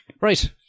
Right